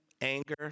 anger